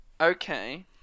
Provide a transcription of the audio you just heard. okay